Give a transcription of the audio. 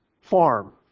Farm